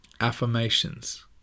affirmations